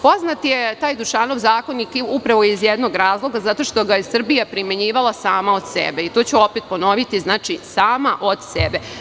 Poznat je taj Dušanov zakonik i upravo iz jednog razloga, zato što ga je Srbija primenjivala sama od sebe, to ću opet ponoviti, sama od sebe.